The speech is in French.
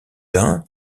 dun